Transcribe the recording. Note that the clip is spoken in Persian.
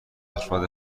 افراد